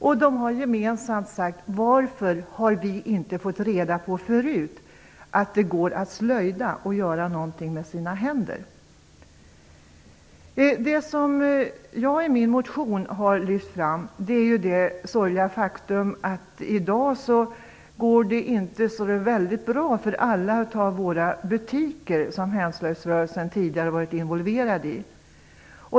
Gemensamt har de frågat: Varför har vi inte förut fått reda på att det går att slöjda och göra något med sina händer? Vad jag lyfter fram i min motion är det sorgliga faktum att det i dag inte går så väldigt bra för alla våra butiker som Hemslöjdsrörelsen tidigare varit involverad i.